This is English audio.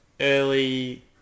early